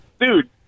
dude